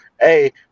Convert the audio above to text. hey